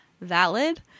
valid